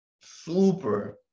super